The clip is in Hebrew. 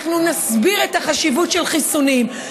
אנחנו נסביר את החשיבות של חיסונים,